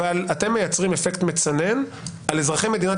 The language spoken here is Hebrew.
אבל אתם מייצרים אפקט מצנן על אזרחי מדינת